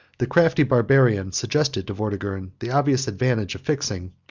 the crafty barbarian suggested to vortigern the obvious advantage of fixing,